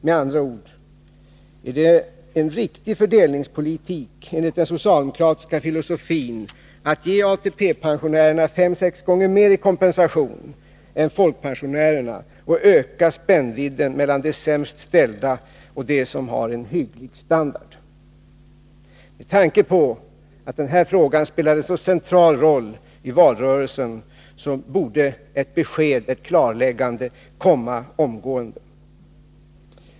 Med andra ord: Är det enligt den socialdemokratiska filosofin en riktig fördelningspolitik att ge ATP pensionärerna fem, sex gånger mer i kompensation än folkpensionärerna och öka spännvidden mellan de sämst ställda och dem som har en hygglig standard? Med tanke på att den här frågan spelade en så central roll i valrörelsen borde ett klarläggande omgående komma.